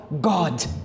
God